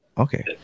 Okay